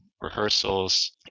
rehearsals